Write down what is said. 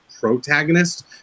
protagonist